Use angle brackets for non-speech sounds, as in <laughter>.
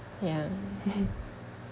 ya <laughs>